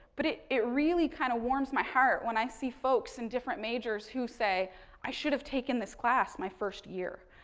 but, it it really kind of warms my heart when i see folks in different majors who say i should've taken this class my first year,